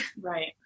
right